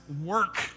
work